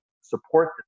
support